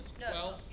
no